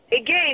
again